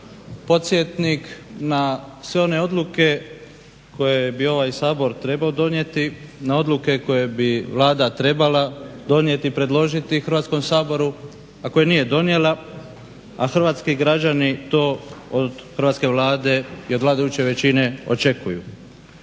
Podsjetnik na sve one odluke koje bi ovaj Sabor trebao donijeti, na odluke koje bi Vlada trebala donijeti i predložiti Hrvatskom saboru, a koje nije donijela a hrvatski građani to od Hrvatske vlade i od vladajuće većine očekuju.